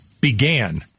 began